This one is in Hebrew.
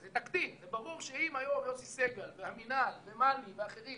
כי זה תקדים, זה ברור שאם היום המינהל ומלי ואחרים